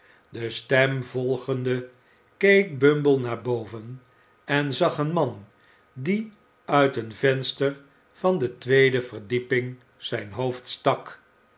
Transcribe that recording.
de stem volgende keek bumble naar boven en zag een man die uit een venster van de tweede verdieping zijn hoofd stak